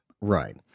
Right